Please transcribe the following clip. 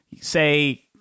say